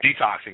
detoxing